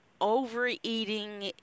overeating